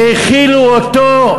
האכילו אותו,